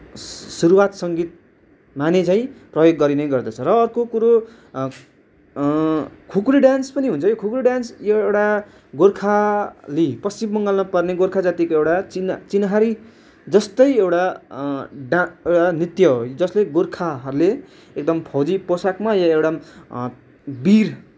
सुरुवात सङ्गीत माने झैँ प्रयोग गरिने गर्दछ र अर्को कुरो खुकुरी डान्स पनि हुन्छ है खुकुरी डान्स यो एउडा गोर्खाली पश्चिम बङ्गालमा पर्ने गोर्खा जातिको एउटा चिना चिह्नारी जस्तै एउटा डा एउटा नृत्य हो जसले गोर्खाहरूले एकदम फौजी पोसाकमा या एउटा वीर